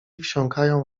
wsiąkają